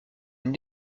une